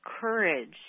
courage